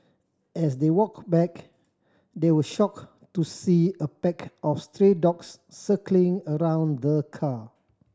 as they walked back they were shocked to see a pack of stray dogs circling around the car